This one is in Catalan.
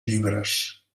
llibres